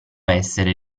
essere